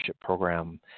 program